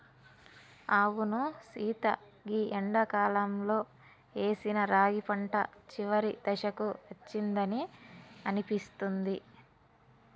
అవును సీత గీ ఎండాకాలంలో ఏసిన రాగి పంట చివరి దశకు అచ్చిందని అనిపిస్తుంది